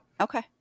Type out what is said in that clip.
Okay